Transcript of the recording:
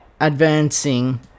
advancing